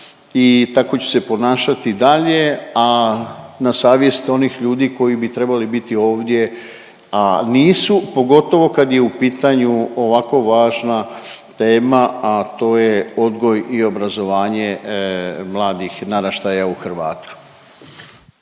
tako ću se ponašati i dalje, a na savjest onih ljudi koji bi trebali biti ovdje, a nisu pogotovo kad je u pitanju ovako važna tema, a to je odgoj i obrazovanje mladih naraštaja u Hrvata.